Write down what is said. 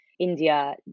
India